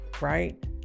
right